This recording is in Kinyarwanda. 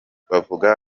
bavuga